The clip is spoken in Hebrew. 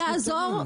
שהכי יעזור,